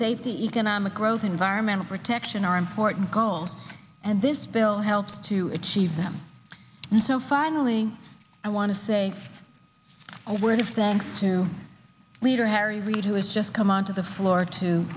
safety economic growth environmental protection are important goals and this bill helps to achieve them and so finally i want to say a word of them to leader harry reid who has just come onto the floor to